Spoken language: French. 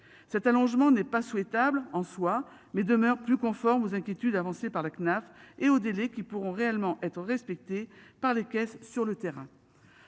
cet allongement n'est pas souhaitable en soi mais demeure plus conforme aux inquiétudes avancées par la CNAF et au délai qui pourront réellement être respecté par les caisses sur le terrain.